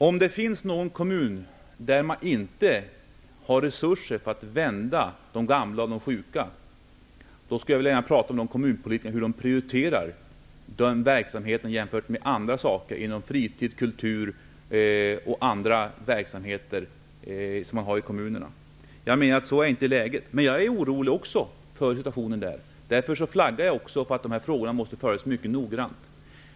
Om det finns någon kommun där man inte har resurser att vända de gamla och sjuka, skulle jag gärna vilja prata med de kommunpolitikerna om hur de prioriterar den verksamheten jämfört med fritid, kultur och andra verksamheter i kommunen. Jag menar att så inte är fallet. Men jag är också orolig över situationen, därför flaggar jag också för att de här frågorna måste följas mycket noggrant.